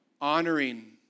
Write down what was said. honoring